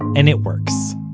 and it works!